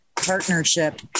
partnership